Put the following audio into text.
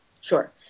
Sure